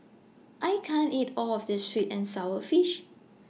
I can't eat All of This Sweet and Sour Fish